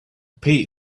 pay